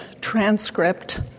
transcript